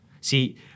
See